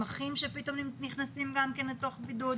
עם אחים שפתאום נכנסים לבידוד,